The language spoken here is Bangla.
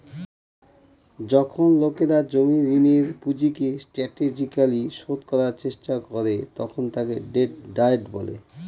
যখন লোকেরা জমির ঋণের পুঁজিকে স্ট্র্যাটেজিকালি শোধ করার চেষ্টা করে তখন তাকে ডেট ডায়েট বলে